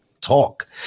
talk